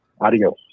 Adios